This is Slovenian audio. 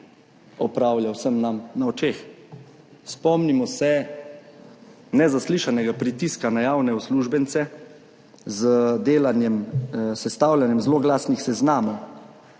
opravlja vsem nam na očeh. Spomnimo se nezaslišanega pritiska na javne uslužbence s sestavljanjem zloglasnih seznamov